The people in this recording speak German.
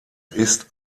ist